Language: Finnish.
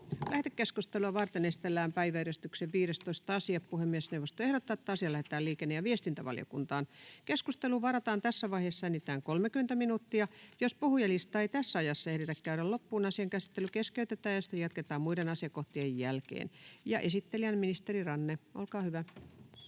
Lähetekeskustelua varten esitellään päiväjärjestyksen 15. asia. Puhemiesneuvosto ehdottaa, että asia lähetetään liikenne- ja viestintävaliokuntaan. Keskusteluun varataan tässä vaiheessa enintään 30 minuuttia. Jos puhujalistaa ei tässä ajassa ehditä käydä loppuun, asian käsittely keskeytetään ja sitä jatketaan muiden asiakohtien jälkeen. — Esittelijänä ministeri Ranne. Olkaa hyvä.